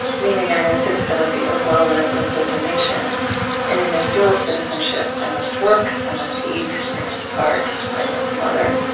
meaning i am a citizen of the oglala lakota nation and in this dual citizenship, i must work, i must eat, i must art, i must mother,